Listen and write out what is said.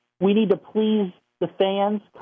we-need-to-please-the-fans